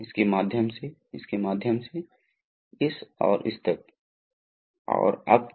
अब क्या करता है तो यह एक तस्वीर है जो कहती है